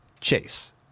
Chase